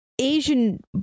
Asian